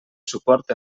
suport